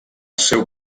seu